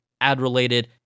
ad-related